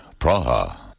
Praha